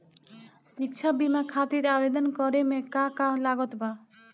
शिक्षा बीमा खातिर आवेदन करे म का का लागत बा?